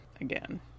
again